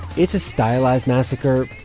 it's a stylized massacre,